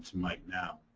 mike, now.